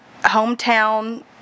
hometown